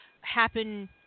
happen